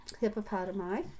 hippopotami